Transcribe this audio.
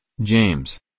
James